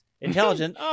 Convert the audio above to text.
intelligent